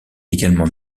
également